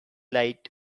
light